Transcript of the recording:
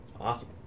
Awesome